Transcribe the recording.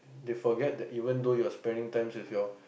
they forget that even though you are spending time with your